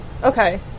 okay